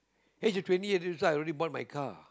age of twenty eight years old I already bought my car